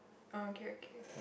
okay okay